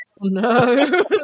No